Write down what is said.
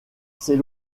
ses